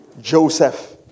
Joseph